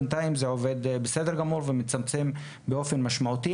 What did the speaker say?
בינתיים זה עובד בסדר גמור ומצמצם באופן משמעותי.